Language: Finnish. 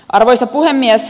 arvoisa puhemies